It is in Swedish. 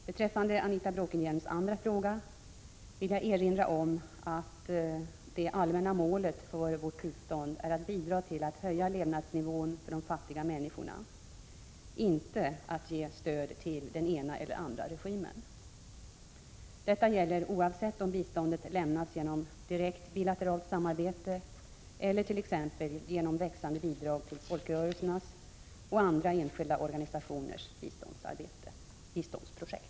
Beträffande Anita Bråkenhielms andra fråga vill jag erinra om att det allmänna målet för vårt bistånd är att bidra till att höja levnadsnivån för de fattiga människorna, inte att ge stöd till den ena eller andra regimen. Detta gäller oavsett om biståndet lämnas genom direkt bilateralt samarbete eller t.ex. genom växande bidrag till folkrörelsernas och andra enskilda organisa tioners biståndsprojekt.